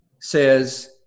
says